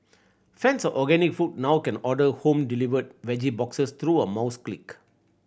fans of organic food now can order home delivered veggie boxes through a mouse click